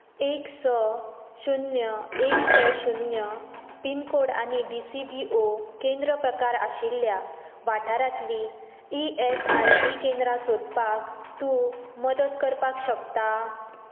एक स शून्य एक स शून्य पिनकोड आनी डी सी बी ओ केंद्र प्रकार आशिल्ल्या वाठारांतली ई एस आय सी केंद्रां सोदपाक तूं मदत करपाक शकता